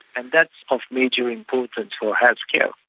and that's of major importance for healthcare.